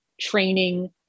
training